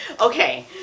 Okay